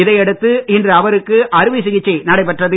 இதை அடுத்து இன்று அவருக்கு அறுவை சிகிச்சை நடைபெற்றது